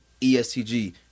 ESTG